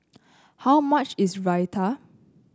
how much is Raita